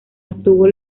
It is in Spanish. obtuvo